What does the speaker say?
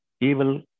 evil